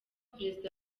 perezida